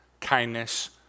kindness